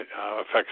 affects